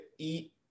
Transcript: Eat